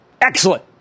Excellent